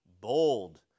bold